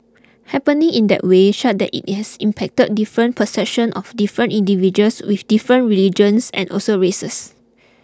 happening in that way such that it has impacted different perceptions of different individuals with different religions and also races